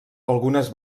algunes